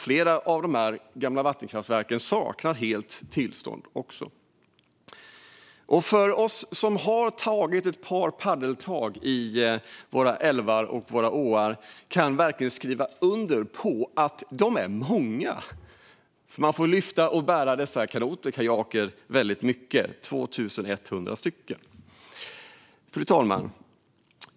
Flera av dessa gamla vattenkraftverk saknar också tillstånd helt. De av oss som har tagit ett par paddeltag i våra älvar och åar kan skriva under på att kraftverken är många. Man får ofta lyfta och bära kanoter och kajaker. Det finns ju 2 100 kraftverk. Fru talman!